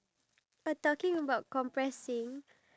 oh my god that's so mean